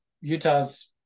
Utah's